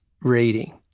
rating